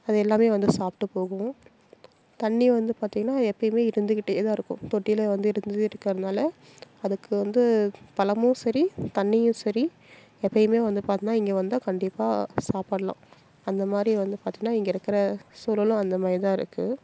அது எல்லாமே வந்து சாப்பிட்டு போகும் தண்ணி வந்து பார்த்தீங்கன்னா எப்போயுமே இருந்துக்கிட்டேதான் இருக்கும் தொட்டியில் வந்து இருந்து இருக்கிறதுனால அதுக்கு வந்து பழமும் சரி தண்ணியும் சரி எப்போயுமே வந்து பார்த்தின்னா இங்கே வந்தால் கண்டிப்பாக சாப்பிட்லாம் அந்தமாதிரி வந்து பாத்திங்கன்னா இங்கே இருக்கிற சூழலும் அந்தமாதிரிதான் இருக்குது